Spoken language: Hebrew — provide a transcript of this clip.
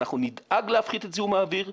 אנחנו נדאג להפחית את זיהום האוויר,